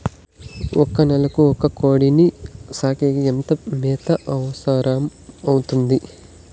ఒక నెలకు ఒక కోడిని సాకేకి ఎంత మేత అవసరమవుతుంది?